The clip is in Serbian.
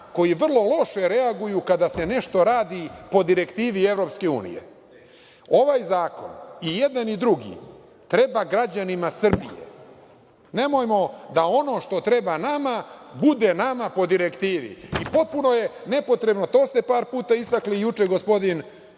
koji vrlo loše reaguju kada se nešto radi po direktivi EU.Ovaj zakon, i jedan i drugi trebaju građanima Srbije. Nemojmo da ono što treba nama, bude nama po direktivi. Potpuno je nepotrebno i to ste par puta istakli i juče gospodin